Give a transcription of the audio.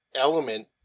element